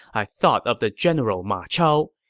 i thought of the general ma chao.